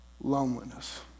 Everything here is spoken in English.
Loneliness